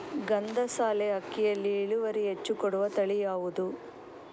ಗಂಧಸಾಲೆ ಅಕ್ಕಿಯಲ್ಲಿ ಇಳುವರಿ ಹೆಚ್ಚು ಕೊಡುವ ತಳಿ ಯಾವುದು?